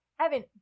evan